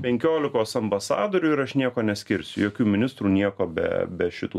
penkiolikos ambasadorių ir aš nieko neskirsiu jokių ministrų nieko be be šitų